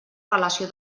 relació